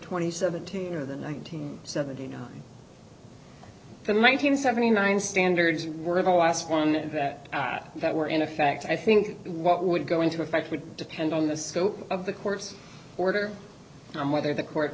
twenty seventeen or the nineteen seventy nine the one nine hundred seventy nine standards were the last one that that were in effect i think what would go into effect would depend on the scope of the court's order and whether the court